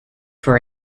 for